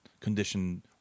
condition